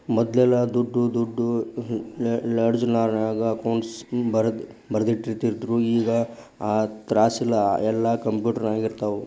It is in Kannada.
ಮದ್ಲೆಲ್ಲಾ ದೊಡ್ ದೊಡ್ ಲೆಡ್ಜರ್ನ್ಯಾಗ ಅಕೌಂಟ್ಸ್ ಬರ್ದಿಟ್ಟಿರ್ತಿದ್ರು ಈಗ್ ಆ ತ್ರಾಸಿಲ್ಲಾ ಯೆಲ್ಲಾ ಕ್ಂಪ್ಯುಟರ್ನ್ಯಾಗಿರ್ತೆತಿ